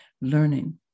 learning